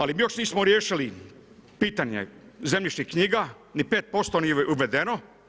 Ali mi još nismo riješili pitanje zemljišnih knjiga ni 5% nije uvedeno.